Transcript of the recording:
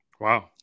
Wow